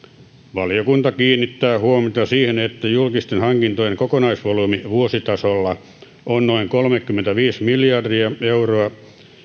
valiokunta kiinnittää huomiota siihen että julkisten hankintojen kokonaisvolyymi vuositasolla on noin kolmekymmentäviisi miljardia euroa